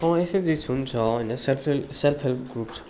अँ एसएचजी हुन्छ होइन self fail self help groups